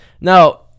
Now